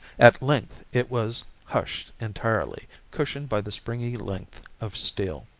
at length it was hushed entirely, cushioned by the springy length of steel.